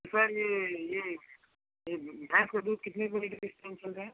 तो सर यह यह यह भैँस का दूध कितने रुपये लीटर रहा है